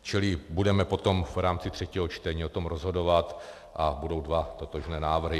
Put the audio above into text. Čili budeme potom v rámci třetího čtení o tom rozhodovat a budou dva totožné návrhy.